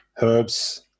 herbs